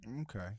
Okay